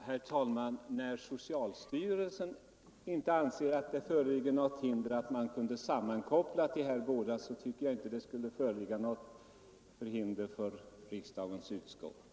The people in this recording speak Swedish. Herr talman! När socialstyrelsen inte anser att det föreligger något hinder mot en sådan sammankoppling som den vi begärt tycker jag inte heller att det skulle föreligga något sådant hinder för riksdagens socialutskott.